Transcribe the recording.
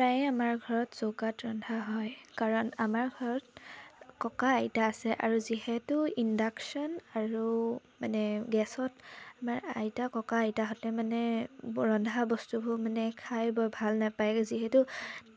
প্ৰায়ে আমাৰ ঘৰত চৌকাত ৰন্ধা হয় কাৰণ আমাৰ ঘৰত ককা আইতা আছে আৰু যিহেতু ইণ্ডাকশ্যন আৰু মানে গেছত আমাৰ আইতা ককা আইতাহঁতে মানে ৰন্ধা বস্তুবোৰ মানে খাই বৰ ভাল নাপায়গৈ যিহেতু